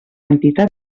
entitat